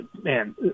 man